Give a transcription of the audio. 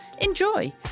Enjoy